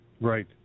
Right